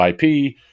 IP